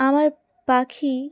আমার পাখি